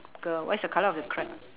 girl what's the colour of the crab